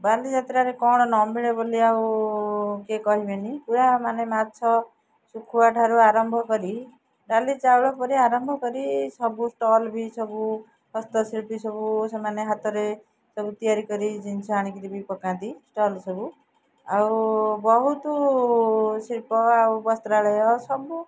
ବାଲିଯାତ୍ରାରେ କ'ଣ ନ ମିଳେ ବୋଲି ଆଉ କିଏ କହିବେନି ପୁରା ମାନେ ମାଛ ଶୁଖୁଆଠାରୁ ଆରମ୍ଭ କରି ଡାଲି ଚାଉଳ କରି ଆରମ୍ଭ କରି ସବୁ ଷ୍ଟଲ୍ ବି ସବୁ ହସ୍ତଶିଳ୍ପୀ ସବୁ ସେମାନେ ହାତରେ ସବୁ ତିଆରି କରି ଜିନିଷ ଆଣିକିରି ବି ପକାନ୍ତି ଷ୍ଟଲ୍ ସବୁ ଆଉ ବହୁତ ଶିଳ୍ପ ଆଉ ବସ୍ତ୍ରାଳୟ ସବୁ